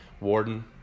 warden